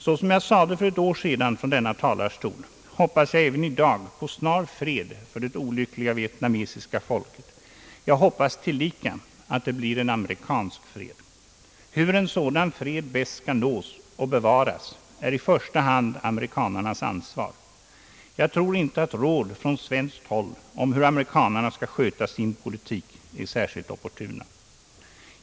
Såsom jag sade för ett år sedan från denna talarstol, hoppas jag även i dag på snar fred för det olyckliga vietnamesiska folket. Jag hoppas tillika att det blir en amerikansk fred. Hur en sådan fred bäst skall nås och bevaras är i första hand amerikanarnas ansvar. Jag tror inte att råd från svenskt håll om hur amerikanarna skall sköta sin politik är särskilt opportuna.